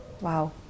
Wow